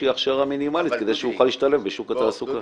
שהיא הכשרה מינימלית כדי שהוא יוכל להשתלב בשוק התעסוקה.